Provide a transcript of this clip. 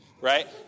right